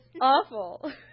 awful